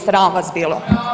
Sram vas bilo.